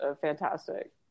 fantastic